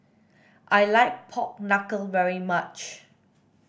I like pork knuckle very much